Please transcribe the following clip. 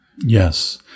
Yes